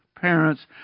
parents